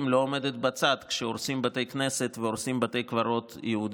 לא עומדת בצד כשהורסים בתי כנסת והורסים בתי קברות יהודיים.